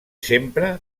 sempre